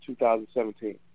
2017